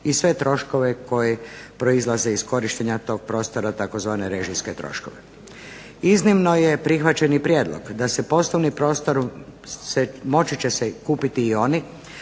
i sve troškove koji proizlaze iz korištenja tog prostora tzv. "režijske troškove". Iznimno je prihvaćen i prijedlog da poslovni prostor moći će kupiti i oni